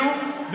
אבל מה עם חוקה?